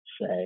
say